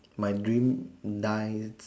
my dream die